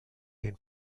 den